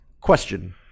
Question